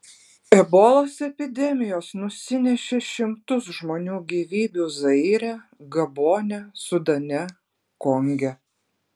ebolos epidemijos nusinešė šimtus žmonių gyvybių zaire gabone sudane konge